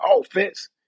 offense